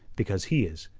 because he is.